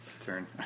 turn